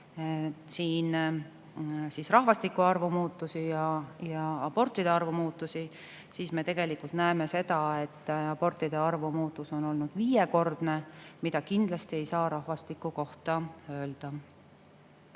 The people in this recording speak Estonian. siin rahvastiku arvu muutusi ja abortide arvu muutusi, siis me näeme seda, et abortide arvu muutus on olnud viiekordne, mida kindlasti ei saa rahvastiku kohta öelda.